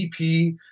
EP